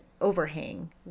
overhang